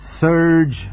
surge